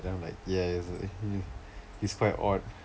then I'm like ya he's quite odd